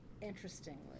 interestingly